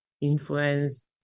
influence